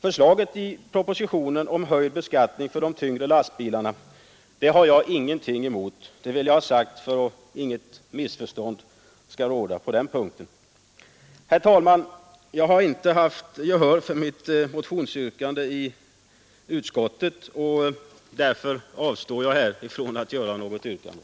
Propositionsförslaget om höjd beskattning för de tyngre lastbilarna har jag ingenting emot — det vill jag ha sagt för att inget missförstånd skall råda på den punkten. Herr talman! Mitt motionsyrkande har inte vunnit gehör i utskottet, och därför avstår jag ifrån att här ställa något yrkande.